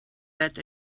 that